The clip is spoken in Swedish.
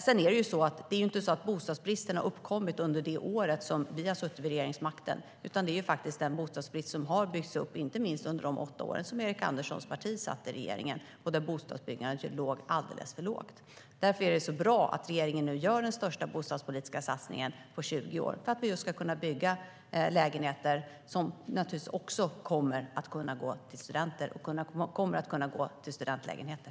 Sedan har bostadsbristen inte uppkommit under det år som vi har suttit vid regeringsmakten, utan det är faktiskt en bostadsbrist som har byggts upp inte minst under de åtta år som Erik Anderssons parti satt i regeringen då bostadsbyggandet var alldeles för litet. Därför är det så bra att regeringen nu gör den största bostadspolitiska satsningen på 20 år för att vi ska kunna bygga lägenheter och naturligtvis också studentlägenheter.